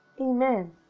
Amen